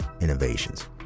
innovations